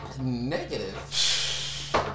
negative